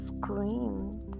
screamed